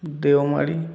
Deomali